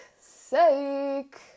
sake